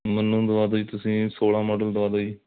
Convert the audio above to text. ਮੈਨੂੰ ਦਵਾ ਦਉ ਜੀ ਤੁਸੀਂ ਸੋਲ੍ਹਾਂ ਮੋਡਲ ਦਵਾ ਦਉ ਜੀ